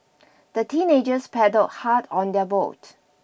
the teenagers paddled hard on their boat